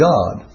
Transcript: God